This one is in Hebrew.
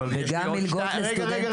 רגע,